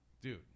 Dude